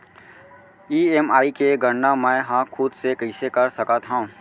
EMI के गड़ना मैं हा खुद से कइसे कर सकत हव?